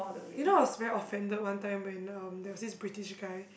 you know I was very offended one time when um there was this British guy